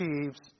achieves